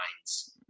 minds